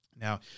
Now